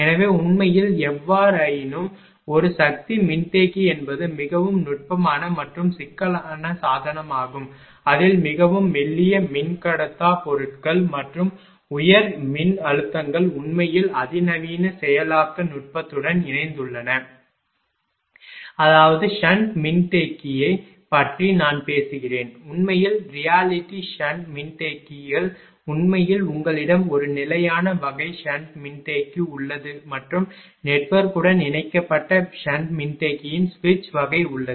எனவே உண்மையில் எவ்வாறாயினும் ஒரு சக்தி மின்தேக்கி என்பது மிகவும் நுட்பமான மற்றும் சிக்கலான சாதனமாகும் அதில் மிகவும் மெல்லிய மின்கடத்தா பொருட்கள் மற்றும் உயர் மின் அழுத்தங்கள் உண்மையில் அதிநவீன செயலாக்க நுட்பத்துடன் இணைந்துள்ளன அதாவது ஷன்ட் மின்தேக்கியைப் பற்றி நான் பேசுகிறேன் உண்மையில் ரியாலிட்டி ஷன்ட் மின்தேக்கிகள் உண்மையில் உங்களிடம் ஒரு நிலையான வகை ஷன்ட் மின்தேக்கி உள்ளது மற்றும் நெட்வொர்க்குடன் இணைக்கப்பட்ட ஷன்ட் மின்தேக்கியின் சுவிட்ச் வகை உள்ளது